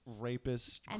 rapists